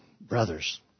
brothers